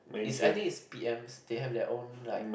it's I think it's p_ms they have their own like